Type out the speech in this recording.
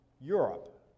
Europe